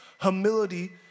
humility